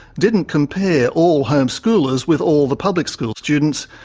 didn't compare all homeschoolers with all the public school students,